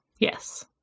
Yes